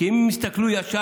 כי אם הם יסתכלו ישר,